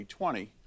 2020